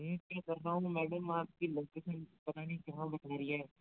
madam आप की location तो पता नहीं कहाँ बता रही है